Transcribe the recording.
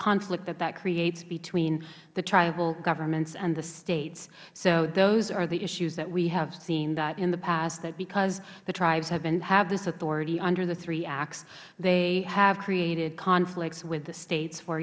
conflict that that creates between the tribal governments and the states so those are the issues that we have seen that in the past that because the tribes have this authority under the three acts they have created conflicts with the states for